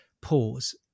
pause